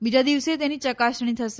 બીજા દિવસે તેની ચકાસણી થશે